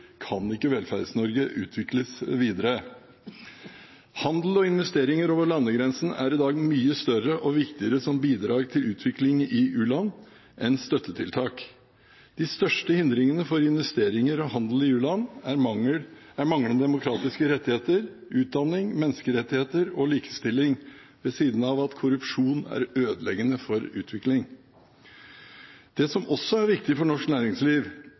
kan ikke Velferds-Norge utvikles videre. Handel og investeringer over landegrensene er i dag mye større og viktigere som bidrag til utvikling i u-land enn støttetiltak. De største hindringene for investeringer og handel i u-land er manglende demokratiske rettigheter, utdanning, menneskerettigheter og likestilling, ved siden av at korrupsjon er ødeleggende for utvikling. Det som også er viktig for norsk næringsliv,